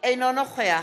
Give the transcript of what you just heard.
אינו נוכח